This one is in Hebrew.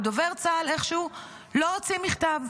ודובר צה"ל איכשהו לא הוציא מכתב.